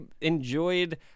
enjoyed